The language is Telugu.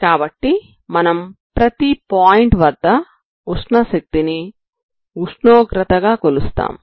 కాబట్టి మనం ప్రతి పాయింట్ వద్ద ఉష్ణ శక్తిని ఉష్ణోగ్రత గా కొలుస్తాము